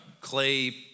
clay